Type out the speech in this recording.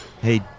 Hey